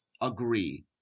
agree